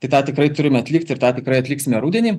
tai tą tikrai turim atlikti ir tą tikrai atliksime rudenį